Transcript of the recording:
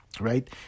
right